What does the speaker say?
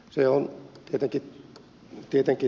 se on tietenkin totta